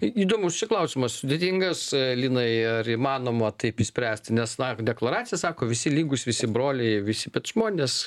į įdomus čia klausimas sudėtingas linai ar įmanoma taip išspręsti nes na deklaracija sako visi lygūs visi broliai visi bet žmonės